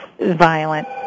violent